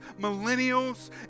millennials